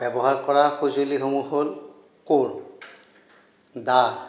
ব্যৱহাৰ কৰা সঁজুলিসমূহ হ'ল কোৰ দা